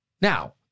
Now